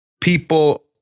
people